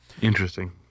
Interesting